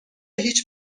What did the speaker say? هیچ